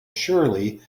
surely